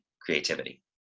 creativity